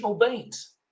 beings